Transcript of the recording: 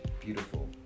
beautiful